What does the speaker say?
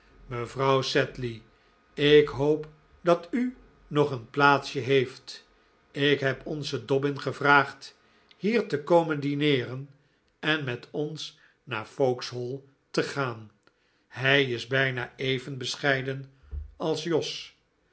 mevrouw sedley ik hoop dat u nog een plaatsje heeft ik heb onzen dobbin gevraagd hier te komen dineeren en met ons naar vauxhall te gaan hij is bijna even bescheiden als jos